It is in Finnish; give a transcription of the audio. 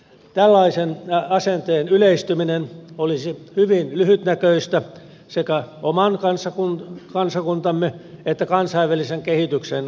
tällaisen asenteen yleistyminen olisi hyvin lyhytnäköistä sekä oman kansakuntamme että kansainvälisen kehityksen kannalta